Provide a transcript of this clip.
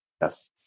Yes